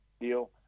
deal